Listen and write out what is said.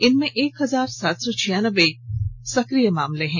इनमें एक हजार सात सौ छियानबे सक्रिय केस हैं